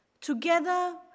Together